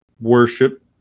worship